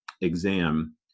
exam